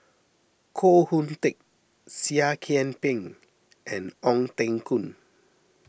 Koh Hoon Teck Seah Kian Peng and Ong Teng Koon